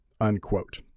unquote